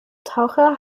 taucher